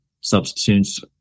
substitutes